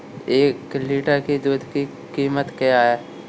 एक लीटर दूध की कीमत क्या है?